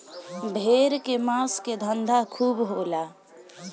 भेड़ के मांस के धंधा खूब होला